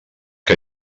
que